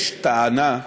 שיש טענה,